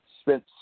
spent